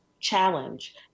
challenge